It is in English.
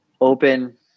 open